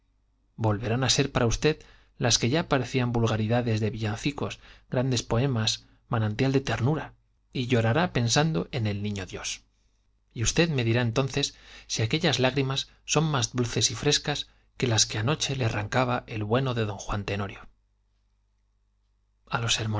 volverán a ser para usted las que ya parecían vulgaridades de villancicos grandes poemas manantial de ternura y llorará pensando en el niño dios y usted me dirá entonces si aquellas lágrimas son más dulces y frescas que las que anoche le arrancaba el bueno de don juan tenorio a los